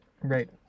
Right